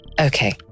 Okay